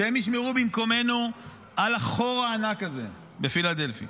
שהם ישמרו במקומנו על החור הענק הזה בפילדלפי.